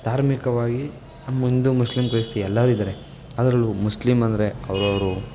ಧಾರ್ಮಿಕವಾಗಿ Hindu Muslim ಕ್ರೈಸ್ತ ಎಲ್ಲರೂ ಇದ್ದಾರೆ ಅದರಲ್ಲೂ ಮುಸ್ಲಿಂ ಅಂದರೆ ಅವ್ರವ್ರ